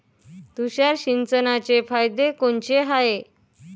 तुषार सिंचनाचे फायदे कोनचे हाये?